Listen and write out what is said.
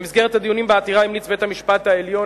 במסגרת הדיונים בעתירה המליץ בית-המשפט העליון